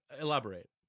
elaborate